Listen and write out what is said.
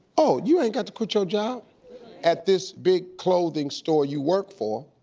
oh, you ain't got to quit your job at this big clothing store you work for.